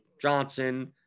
Johnson